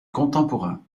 contemporains